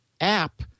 app